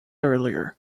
earlier